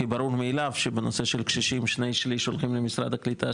כי ברור מאליו שבנושא של קשישים שני שליש הולכים למשרד קליטה,